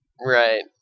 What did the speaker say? Right